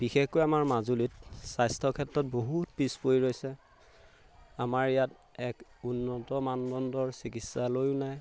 বিশেষকৈ আমাৰ মাজুলীত স্বাস্থ্য ক্ষেত্ৰত বহুত পিছ পৰি ৰৈছে আমাৰ ইয়াত এক উন্নত মানদণ্ডৰ চিকিৎসালয়ো নাই